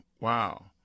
Wow